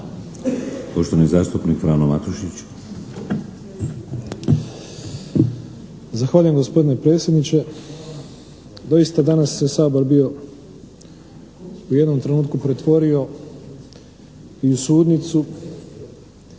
Poštovani zastupnik Frano Matušić.